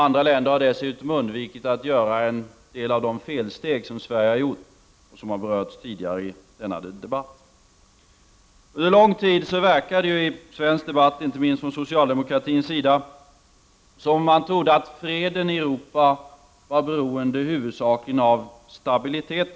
Andra länder har dessutom undvikit att göra en del av de felsteg som Sverige har gjort och som har berörts tidigare i denna debatt. Under lång tid verkade det i svensk debatt, inte minst från socialdemokratins sida, som om man trodde att freden i Europa var beroende i huvudsak på stabiliteten.